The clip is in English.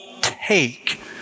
take